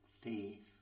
faith